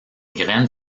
graines